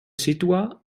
situa